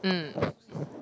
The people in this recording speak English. mm